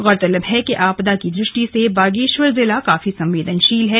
गौरतलब है कि आपदा की दृष्टि से बागेश्वर जिला काफी संवेदनशील है